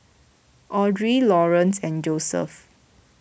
andrea Laurance and Joseph